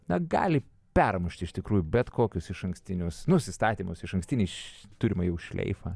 na gali permušti iš tikrųjų bet kokius išankstinius nusistatymus išankstinį turimą jau šleifą